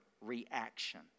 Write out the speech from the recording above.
reaction